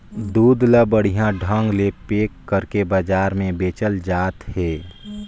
दूद ल बड़िहा ढंग ले पेक कइरके बजार में बेचल जात हे